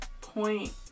point